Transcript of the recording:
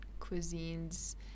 cuisines